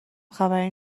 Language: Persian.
خبری